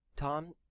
Tom